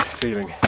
feeling